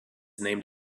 named